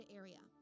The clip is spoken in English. area